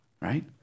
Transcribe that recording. right